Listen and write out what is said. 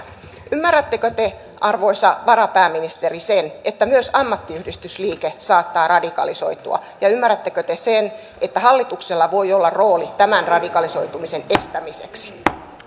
ymmärrättekö te arvoisa varapääministeri että myös ammattiyhdistysliike saattaa radikalisoitua ja ja ymmärrättekö te sen että hallituksella voi olla rooli tämän radikalisoitumisen estämiseksi